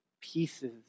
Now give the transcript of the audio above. pieces